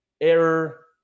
error